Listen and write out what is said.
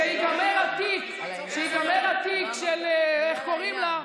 כשייגמר התיק של, איך קוראים לה?